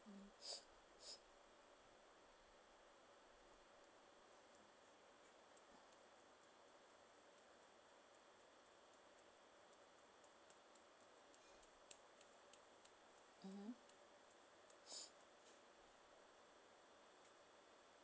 mmhmm mmhmm